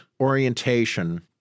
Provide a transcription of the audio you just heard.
orientation